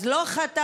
אז לא חתמנו,